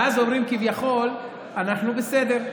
ואז אומרים, כביכול, "אנחנו בסדר".